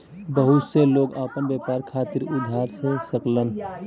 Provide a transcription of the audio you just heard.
बहुत से लोग आपन व्यापार खातिर उधार ले सकलन